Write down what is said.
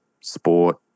sport